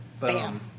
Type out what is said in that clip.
Bam